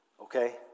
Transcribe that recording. Okay